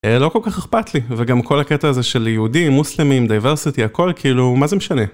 לא כל כך אכפת לי, וגם כל הקטע הזה של יהודים, מוסלמים, דייברסיטי, הכל, כאילו, מה זה משנה.